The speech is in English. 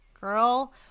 girl